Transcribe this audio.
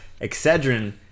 Excedrin